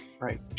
Right